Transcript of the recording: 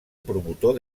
promotor